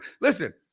listen